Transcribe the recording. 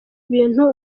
ibintu